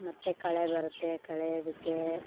ಮತ್ತು ಕಳೆ ಬರುತ್ತೆ ಕಳೆದಕ್ಕೇ